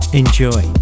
enjoy